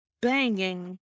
banging